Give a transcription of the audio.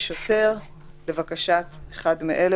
יש שם סמכויות נלוות של שוטר לצורך אכיפת ההוראות.